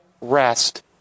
rest